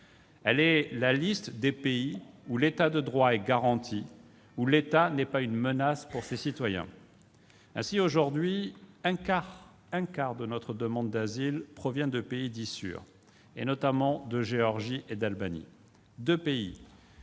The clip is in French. Elle recense les pays où l'État de droit est garanti, où l'État n'est pas une menace pour ses citoyens. Ainsi, aujourd'hui, un quart de notre demande d'asile provient de pays dits « sûrs », notamment de Géorgie et d'Albanie, deux pays